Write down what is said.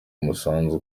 umusanzu